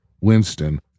Winston